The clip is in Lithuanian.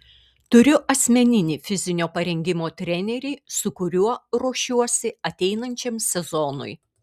turiu asmeninį fizinio parengimo trenerį su kuriuo ruošiuosi ateinančiam sezonui